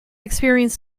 experience